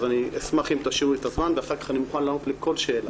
אז אני אשמח אם תשאירו לי את הזמן ואחר כך אני מוכן לענות לכל שאלה,